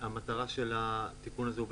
והמטרה של התיקון הזה הוא,